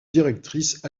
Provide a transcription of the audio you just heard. directrice